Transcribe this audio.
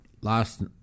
last